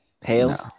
Hales